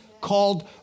called